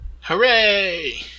hooray